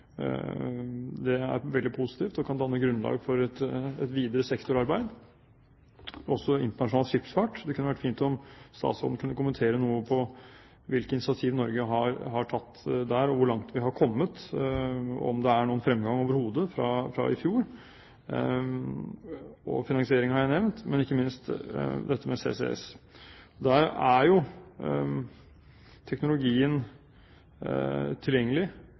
Det er veldig positivt og kan danne grunnlag for et videre sektorarbeid, også internasjonal skipsfart. Det kunne vært fint om statsråden kunne kommentere noe på hvilke initiativ Norge har tatt der, og hvor langt vi har kommet, om det overhodet er noen fremgang fra i fjor. Finansiering har jeg nevnt, men ikke minst dette med CCS. Der er teknologien tilgjengelig,